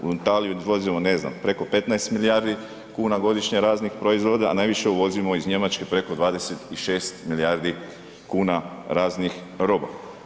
U Italiju izvozimo ne znam preko 15 milijardi kuna godišnje raznih proizvoda a najviše uvozimo iz Njemačke preko 26 milijardi kuna raznih roba.